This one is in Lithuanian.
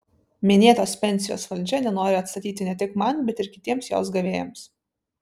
minėtos pensijos valdžia nenori atstatyti ne tik man bet ir kitiems jos gavėjams